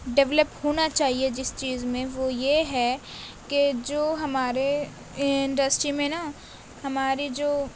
develop ہونا چاہیے جس چیز میں وہ یہ ہے کہ جو ہمارے انڈسٹری میں نا ہماری جو